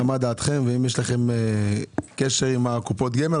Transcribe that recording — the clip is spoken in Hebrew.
האם יש לכם קשר עם קופות הגמל,